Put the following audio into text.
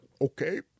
okay